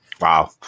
Wow